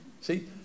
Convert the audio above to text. See